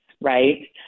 right